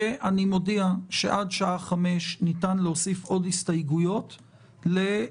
אני מודיע שעד השעה 17:00 ניתן להוסיף עוד הסתייגויות לחוק-היסוד.